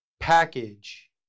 Package